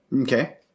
Okay